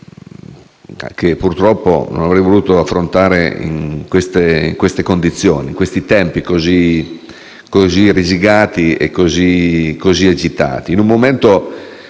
che, purtroppo, non avrei voluto affrontare in certe condizioni, in tempi così risicati e agitati